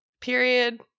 period